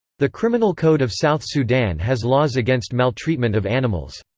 the criminal code of south sudan has laws against maltreatment of animals.